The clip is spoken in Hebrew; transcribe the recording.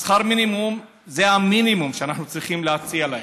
שכר המינימום זה המינימום שאנחנו צריכים להציע להם.